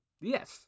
Yes